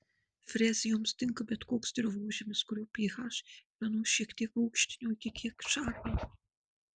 frezijoms tinka bet koks dirvožemis kurio ph yra nuo šiek tiek rūgštinio iki kiek šarminio